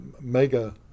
mega